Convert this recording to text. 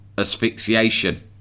asphyxiation